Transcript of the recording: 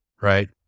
right